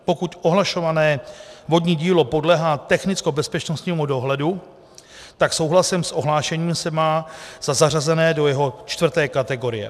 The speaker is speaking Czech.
Pokud ohlašované vodní dílo podléhá technickobezpečnostnímu dohledu, tak souhlasem s ohlášením se má za zařazené do jeho čtvrté kategorie.